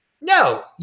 No